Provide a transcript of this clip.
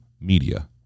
media